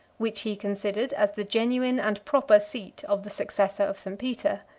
which he considered as the genuine and proper seat of the successor of st. peter.